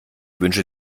wünsche